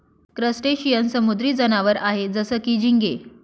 crustacean समुद्री जनावर आहे जसं की, झिंगे